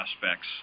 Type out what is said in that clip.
aspects